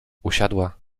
usiadła